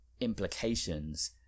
implications